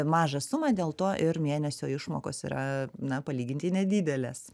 mažą sumą dėl to ir mėnesio išmokos yra na palyginti nedidelės